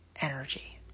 energy